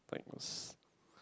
like it was